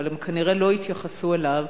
אבל הם כנראה לא התייחסו אליו,